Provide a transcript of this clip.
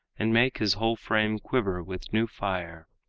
and make his whole frame quiver with new fire.